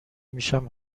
میشم